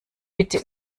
bitte